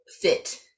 fit